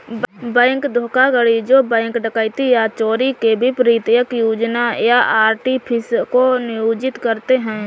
bank धोखाधड़ी जो bank डकैती या चोरी के विपरीत एक योजना या आर्टिफिस को नियोजित करते हैं